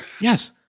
Yes